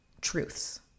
truths